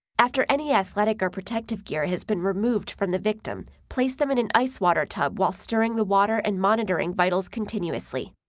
after any athletic or protective gear has been removed from the victim, place them in an ice water tub while stirring the water and monitoring vitals continuously.